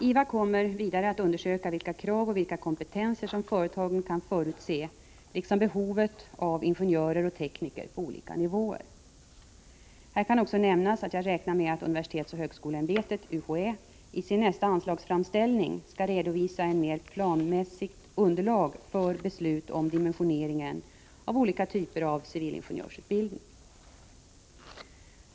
IVA kommer vidare att undersöka vilka krav och vilka kompetenser som företagen kan förutse liksom behovet av ingenjörer och tekniker på olika nivåer. Här kan också nämnas att jag räknar med att universitetsoch högskoleämbetet i sin nästa anslagsframställning skall redovisa ett mera planmässigt underlag för beslut om dimensioneringen av olika typer av civilingenjörsutbildning.